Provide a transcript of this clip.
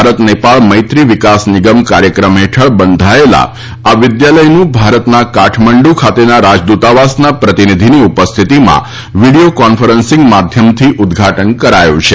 ભારત નેપાળ મૈત્રી વિકાસ નિગમ કાર્યક્રમ હેઠળ બંધાયેલા આ વિદ્યાલયનું ભારતના કાઠમંડુ ખાતેના રાજદૂતાવાસના પ્રતિનિધિની ઉપસ્થિતિમાં વીડિયો કોન્ફરન્સિંગ માધ્યમથી ઉદઘાટન કરાયું હતું